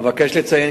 אבקש לציין,